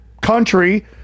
country